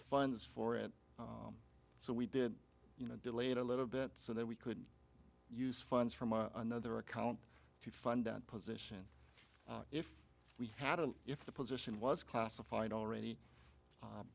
funds for it so we did you know delay it a little bit so that we could use funds from another account to fund that position if we had to if the position was classified already